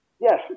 Yes